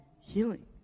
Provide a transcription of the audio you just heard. healing